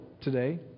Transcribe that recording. today